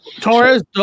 Torres